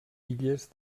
illes